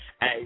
Hey